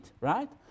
right